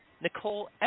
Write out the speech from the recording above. Nicole